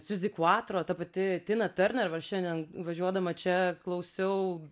siuzi kvatro ta pati tina turner va ir šiandien važiuodama čia klausiau